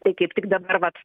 tai kaip tik dabar vat